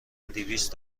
دویست